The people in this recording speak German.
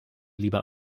lieber